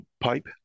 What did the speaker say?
pipe